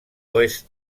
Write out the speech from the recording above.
oest